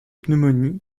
pneumonie